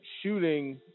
shooting